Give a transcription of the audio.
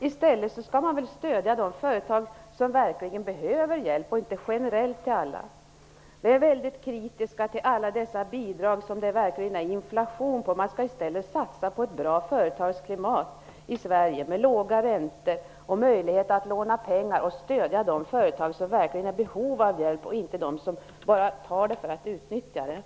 I stället skall man väl stödja de företag som verkligen behöver hjälp. Det skall inte vara generellt stöd till alla. Vi är väldigt kritiska till alla bidrag -- i det avseendet kan man ju verkligen tala om inflation. I stället skall man satsa på att få ett bra företagsklimat i Sverige med låga räntor och med möjligheter att låna pengar. Dessutom skall man stödja de företag som verkligen är i behov av hjälp. Man skall alltså inte stödja de företag som bara vill utnyttja systemet.